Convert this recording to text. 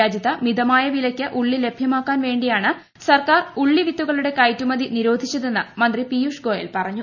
രാജ്യത്ത് മിതമായ വിലക്ക് ഉള്ളി ലഭ്യമാക്കാൻ വേണ്ടിയാണ് സർക്കാർ ഉള്ളി വിത്തുകളുടെ കയറ്റുമതി നിരോധിച്ചതെന്ന് മന്ത്രി പിയൂഷ്ഗോയൽ പറഞ്ഞു